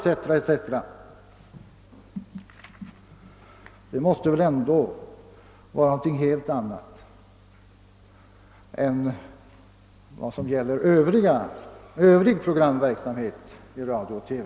Detta gäller väl ändå någonting helt annat än en granskning av all övrig programverksamhet i radio och TV.